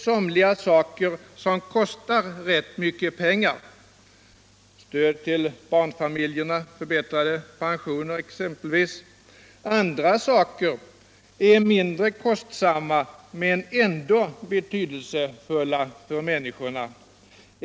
Somliga saker kostar rätt mycket pengar, exempelvis stöd till barnfamiljerna och förbättrade pensioner. Andra saker är mindre kostsamma men iändå betydelsefulla för människorna.